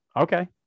Okay